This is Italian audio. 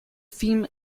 film